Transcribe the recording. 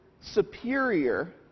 superior